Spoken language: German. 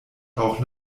auch